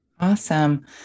Awesome